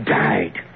died